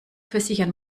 versichern